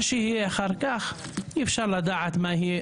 מה שיהיה אחר כך אי אפשר לדעת מה יהיה,